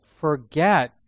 forget